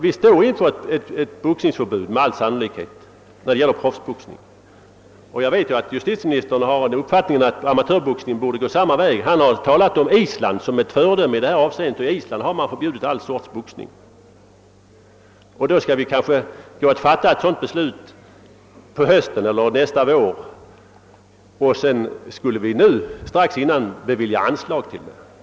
Vi står nämligen med all sannolikhet inför ett förbud mot professionell boxning. Jag vet att justitieministern har den uppfattningen att amatörboxningen borde gå samma väg. Han har talat om Island som ett föredöme i detta sammanhang, och där har man förbjudit alla former av boxning. Samtidigt som vi står inför att i höst eller kanske nästa vår fatta ett beslut om förbud, skulle vi nu alltså bevilja anslag till denna verksamhet.